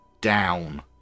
down